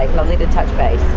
like lovely to touch base.